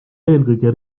eelkõige